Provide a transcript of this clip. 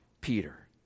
Peter